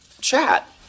chat